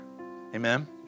Amen